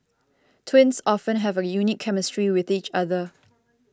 twins often have a unique chemistry with each other